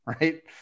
right